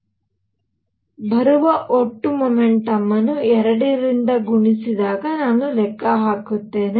ಆದ್ದರಿಂದ ಬರುವ ಒಟ್ಟು ಮೊಮೆಂಟಮ್ ಅನ್ನು 2 ರಿಂದ ಗುಣಿಸಿದಾಗ ನಾನು ಲೆಕ್ಕ ಹಾಕುತ್ತೇನೆ